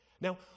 Now